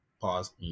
pause